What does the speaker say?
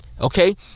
Okay